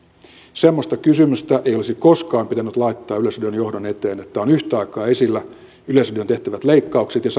semmoista kysymystä ei olisi koskaan pitänyt laittaa yleisradion johdon eteen että ovat yhtä aikaa esillä yleisradioon tehtävät leikkaukset ja